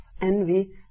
envy